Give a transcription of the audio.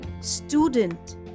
student